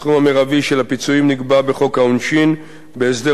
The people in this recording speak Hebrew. הסכום המרבי של הפיצויים נקבע בחוק העונשין בהסדר